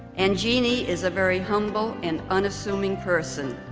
and jeanne is a very humble and unassuming person.